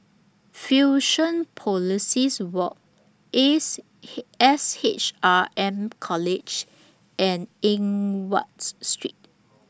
Fusionopolis Walk Ace He S H R M College and Eng Watts Street